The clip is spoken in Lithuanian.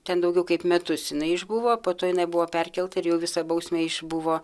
ten daugiau kaip metus jinai išbuvo po to jinai buvo perkelta ir jau visą bausmę išbuvo